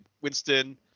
winston